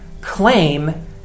claim